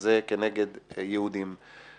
הזה כנגד יהודים.